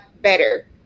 better